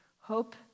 hope